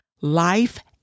life